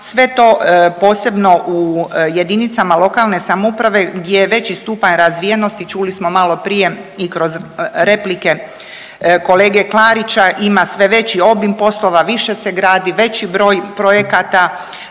sve to u posebno u jedinicama lokalne samouprave gdje je veći stupanj razvijenosti i čuli smo malo prije i kroz replike kolege Klarića ima sve veći obim poslova, više se gradi, veći broj projekata,